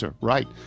right